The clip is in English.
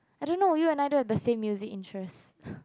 I don't know you and I don't have the same music interest